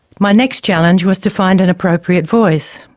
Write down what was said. my next challenge was to find an appropriate voice.